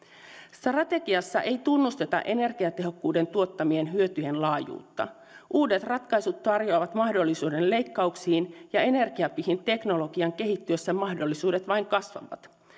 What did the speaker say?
strategiassa ei tunnusteta energiatehokkuuden tuottamien hyötyjen laajuutta uudet ratkaisut tarjoavat mahdollisuuden leikkauksiin ja energiapihin teknologian kehittyessä mahdollisuudet vain kasvavat